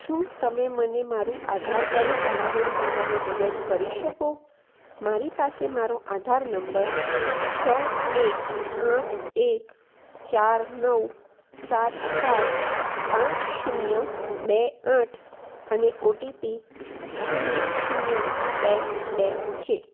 શું તમે મને મારું આધાર કાર્ડ ડાઉનલોડ કરવામાં મદદ કરી શકો મારી પાસે મારો આધાર નંબર છ એક આઠ એક ચાર નવ સાત સાત પાંચ શૂન્ય બે આઠ અને ઓટીપી શૂન્ય શૂન્ય બે બે છે